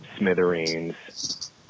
Smithereens